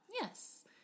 Yes